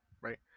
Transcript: right